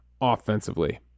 offensively